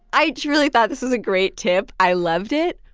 i just really thought this was a great tip. i loved it.